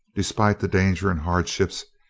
despite the danger and hardships,